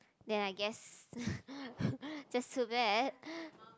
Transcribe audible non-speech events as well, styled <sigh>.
then I guess <breath> just too bad